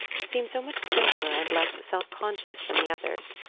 seem so much simpler and less self-conscious than the others.